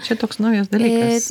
čia toks naujas dalykas